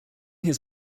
his